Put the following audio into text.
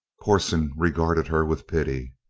corson regarded her with pity.